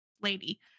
lady